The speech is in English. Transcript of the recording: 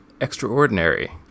Extraordinary